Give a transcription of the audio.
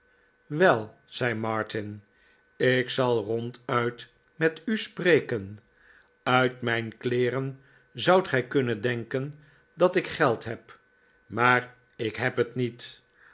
wel f zei martin it ik zal ronduit met u spreken uit mijn kleeren zoudt gij kunnen denken dat ik geld heb maar ik heb het niet